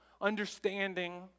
understanding